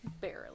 barely